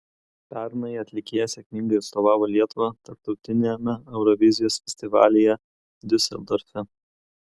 pernai atlikėja sėkmingai atstovavo lietuvą tarptautiniame eurovizijos festivalyje diuseldorfe